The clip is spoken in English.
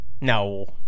No